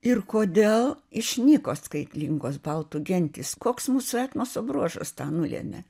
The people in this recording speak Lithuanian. ir kodėl išnyko skaitlingos baltų gentys koks mūsų etnoso bruožas tą nulėmė